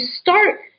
start